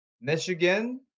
Michigan